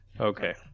Okay